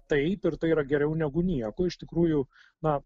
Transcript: taip ir tai yra geriau negu nieko iš tikrųjų na